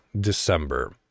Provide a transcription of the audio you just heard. December